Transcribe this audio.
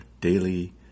Daily